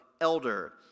elder